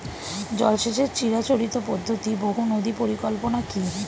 জল সেচের চিরাচরিত পদ্ধতি বহু নদী পরিকল্পনা কি?